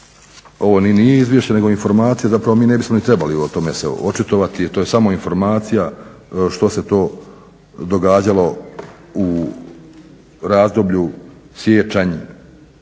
Ovo ni nije izvješće nego informacija, zapravo mi ne bismo ni trebali o tome se očitovati, jer je to je smo informacija što se to događalo u razdoblju siječanj-lipanj